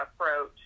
approach